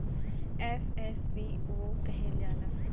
FSBO कहल जाला